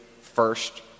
first